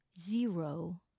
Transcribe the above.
zero